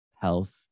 health